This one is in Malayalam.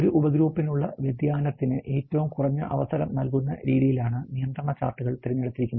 ഒരു ഉപഗ്രൂപ്പിനുള്ളിലെ വ്യതിയാനത്തിന് ഏറ്റവും കുറഞ്ഞ അവസരം നൽകുന്ന രീതിയിലാണ് നിയന്ത്രണ ചാർട്ടുകൾ തിരഞ്ഞെടുത്തിരിക്കുന്നത്